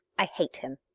i hate him.